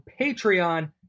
Patreon